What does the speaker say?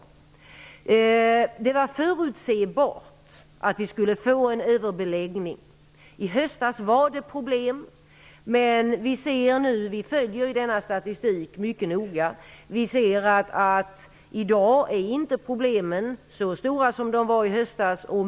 Det var förutsebart att vi skulle få en överbeläggning. I höstas fanns det problem. Vi följer denna statistik mycket noga, och vi kan konstatera att problemen i dag inte är lika stora som de var i höstas.